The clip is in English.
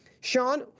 Sean